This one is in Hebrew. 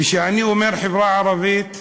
וכשאני אומר החברה הערבית,